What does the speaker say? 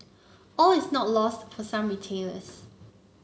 all is not lost for some retailers